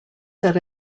said